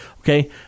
Okay